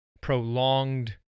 prolonged